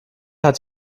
hat